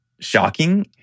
shocking